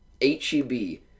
H-E-B